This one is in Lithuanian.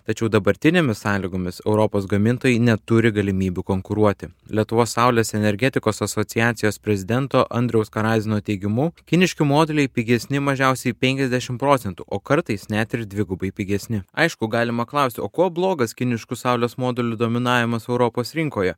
tačiau dabartinėmis sąlygomis europos gamintojai neturi galimybių konkuruoti lietuvos saulės energetikos asociacijos prezidento andriaus karazino teigimu kiniški moduliai pigesni mažiausiai penkiasdešim procentų o kartais net ir dvigubai pigesni aišku galima klaust o kuo blogas kiniškų saulės modulių dominavimas europos rinkoje